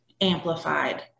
amplified